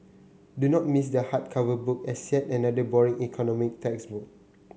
do not miss the hardcover book as yet another boring economic textbook